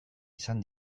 izan